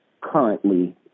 currently